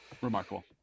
remarkable